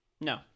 No